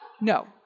No